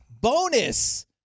bonus